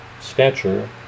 stature